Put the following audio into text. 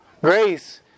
Grace